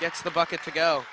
gets the bucket to go